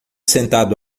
sentado